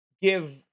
give